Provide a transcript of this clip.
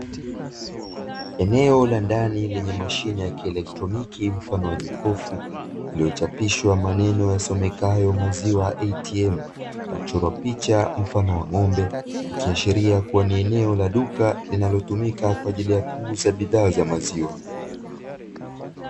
Eneo la ndani lenye mashine ya kielektroniki mfano wa jokofu, iliyochapishwa maneno yasomekayo "maziwa ATM". Na kuchorwa picha mfano wa ng’ombe, ikiashiria kuwa ni eneo la duka linalotumika kwa ajili ya kuuza bidhaa za maziwa.